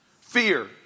Fear